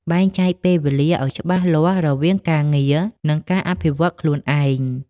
បែងចែកពេលវេលាឱ្យច្បាស់លាស់រវាងការងារ និងការអភិវឌ្ឍខ្លួនឯង។